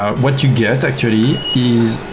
what you get actually is